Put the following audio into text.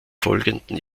folgenden